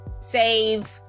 save